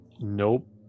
nope